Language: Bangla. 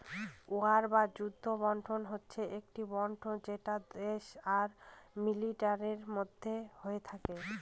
ওয়ার বা যুদ্ধ বন্ড হচ্ছে একটি বন্ড যেটা দেশ আর মিলিটারির মধ্যে হয়ে থাকে